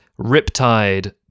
Riptide